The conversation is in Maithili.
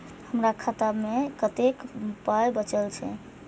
हमर खाता मे कतैक पाय बचल छै